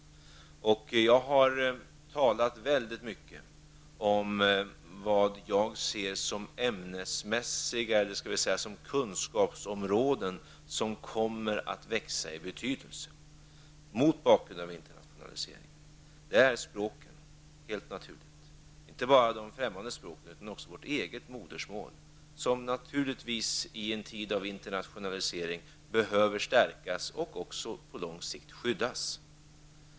Jag har talat väldigt mycket om vad jag ser som kunskapsområden som kommer att växa i betydelse, mot bakgrund av internationaliseringen. Det är språken, helt naturligt. Inte bara de främmande språken, utan också vårt eget modersmål, som naturligtvis i en tid av internationalisering behöver stärkas och även på lång sikt skyddas.